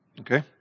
Okay